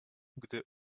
gdy